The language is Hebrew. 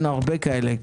אין הרבה כאלה,